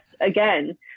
again